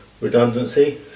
redundancy